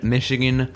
Michigan